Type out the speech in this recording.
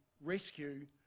rescue